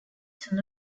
son